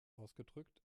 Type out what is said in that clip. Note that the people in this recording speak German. ausgedrückt